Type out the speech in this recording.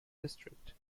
district